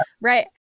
Right